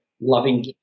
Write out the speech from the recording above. loving